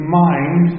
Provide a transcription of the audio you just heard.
mind